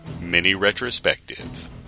Mini-Retrospective